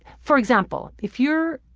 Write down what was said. for example, if you're